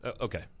Okay